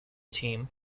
team